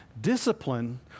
Discipline